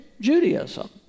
Judaism